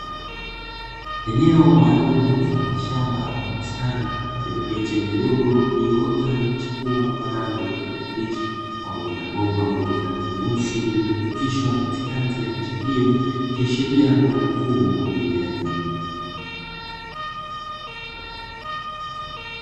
Eneo maalumu mfano wa shamba au bustani yenye miche midogo iliyoota na kuchipua kwa rangi ya kijani kibichi pamoja na bomba lenye rangi nyeusi lililopitishwa katikati ya miche hiyo ikiashiria kuwa ni mfumo wa umwagiliaji.